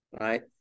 right